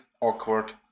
awkward